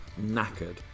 Knackered